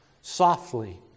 softly